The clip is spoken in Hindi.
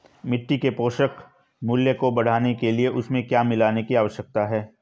मिट्टी के पोषक मूल्य को बढ़ाने के लिए उसमें क्या मिलाने की आवश्यकता है?